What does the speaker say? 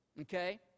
Okay